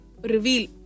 reveal